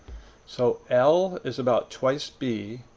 so l is about twice b,